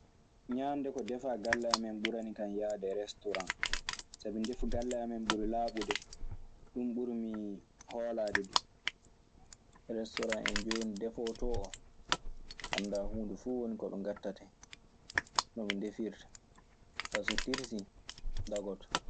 Ñaande ko defaa galle amen ɓuranikan yahde e restoran, sabi ndefu galle amen ɓuri laaɓude, ɗun ɓuri mi hoolaade duu. Restoran en jooni, defoowo too oo, anndaa huunde fuu woni ko ɓe ngaɗtata hen, no ɓe ndefirta. Kaa so tirsii dagoto